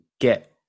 get